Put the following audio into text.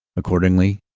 accordingly,